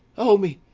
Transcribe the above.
o me!